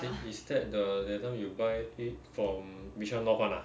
eh is that the that time you buy it from bishan north [one] ah